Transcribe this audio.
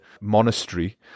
monastery